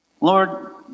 Lord